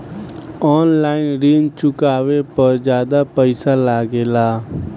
आन line ऋण चुकावे पर ज्यादा पईसा लगेला?